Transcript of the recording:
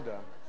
תודה רבה.